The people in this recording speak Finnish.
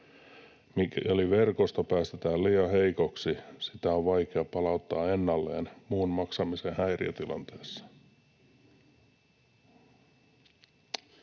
Eli jos verkosto päästetään liian heikoksi, sitä on vaikea palauttaa ennalleen muun maksamisen häiriötilanteissa.